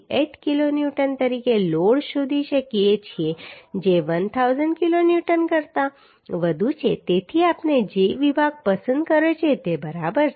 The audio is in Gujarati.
68 કિલોન્યુટન તરીકે લોડ શોધી શકીએ છીએ જે 1000 કિલોન્યુટન કરતાં વધુ છે તેથી આપણે જે વિભાગ પસંદ કર્યો છે તે બરાબર છે બરાબર છે